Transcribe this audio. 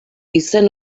izen